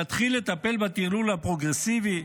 תתחיל לטפל בטרלול הפרוגרסיבי?